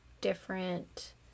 different